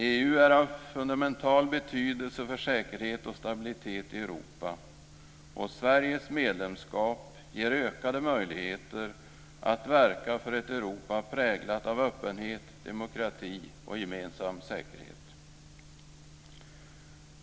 EU är av fundamental betydelse för säkerhet och stabilitet i Europa, och Sveriges medlemskap ger ökade möjligheter att verka för ett Europa präglat av öppenhet, demokrati och gemensam säkerhet.